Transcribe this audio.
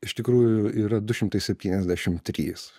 iš tikrųjų yra du šimtai septyniasdešimt trys